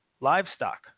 Livestock